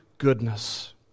goodness